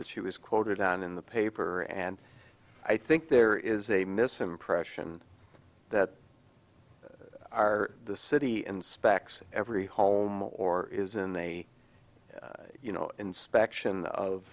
that she was quoted on in the paper and i think there is a misimpression that are the city and specs every home or isn't they you know inspection of